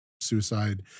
suicide